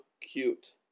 cute